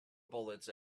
bullets